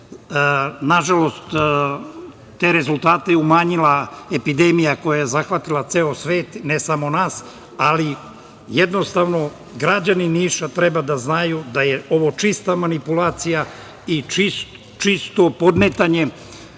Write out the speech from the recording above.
turista. Nažalost, te rezultate umanjila je epidemija koja je zahvatila ceo svet, ne samo nas, ali jednostavno građani Niša treba da znaju da je ovo čista manipulacija i čisto podmetanje